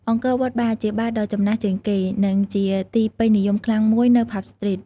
Angkor Wat Bar ជាបារដ៏ចំណាស់ជាងគេ និងជាទីពេញនិយមខ្លាំងមួយនៅ ផាប់ ស្ទ្រីត។